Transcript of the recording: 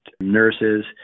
nurses